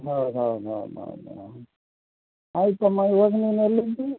ಹೌದು ಹೌದು ಹೌದು ಹೌದು ಹೌದು ಆಯ್ತಮ್ಮಾ ಈವಾಗ ನೀನು ಎಲ್ಲಿದ್ದಿ